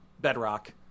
Bedrock